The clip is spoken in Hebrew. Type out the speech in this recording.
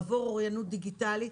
עבור אוריינות דיגיטלית,